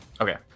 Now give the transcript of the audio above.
Okay